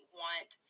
want